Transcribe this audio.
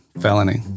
Felony